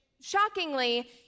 shockingly